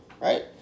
right